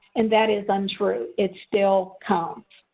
and that is untrue. it still counts.